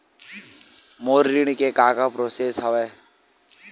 मोर ऋण के का का प्रोसेस हवय?